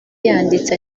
yanditse